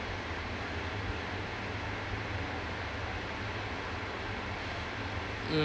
mm